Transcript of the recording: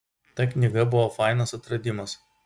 ta knyga buvo fainas atradimas